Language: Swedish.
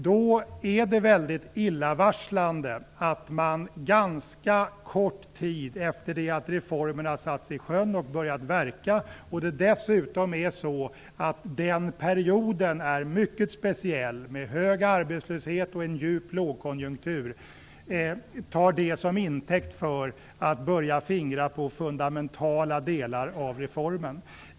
Då är det illavarslande att man ganska kort tid efter det att reformen har satts i sjön och börjat verka tar en mycket speciell period i en djup lågkonjunktur och med hög arbetslöshet till intäkt för att börja fingra på fundamentala delar av reformen.